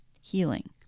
healing